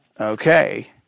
Okay